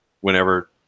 whenever